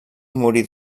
morí